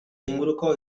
inguruko